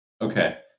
okay